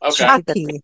okay